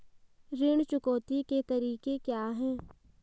ऋण चुकौती के तरीके क्या हैं?